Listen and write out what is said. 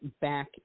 back